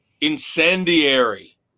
incendiary